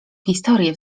historię